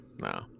No